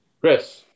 Chris